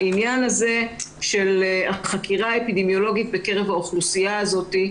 הוא חקירה אפידמיולוגית בקרב האוכלוסייה הזאת.